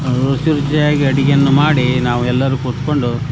ರುಚಿ ರುಚಿಯಾಗಿ ಅಡುಗೆಯನ್ನು ಮಾಡಿ ನಾವು ಎಲ್ಲರೂ ಕುತ್ಕೊಂಡು